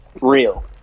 Real